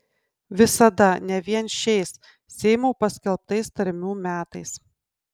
visada ne vien šiais seimo paskelbtais tarmių metais